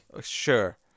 Sure